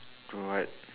do what